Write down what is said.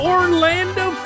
Orlando